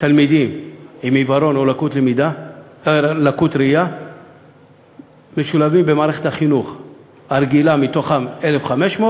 תלמידים עם עיוורון או לקות ראייה משולבים במערכת החינוך הרגילה 1,500,